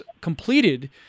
completed